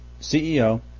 CEO